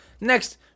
next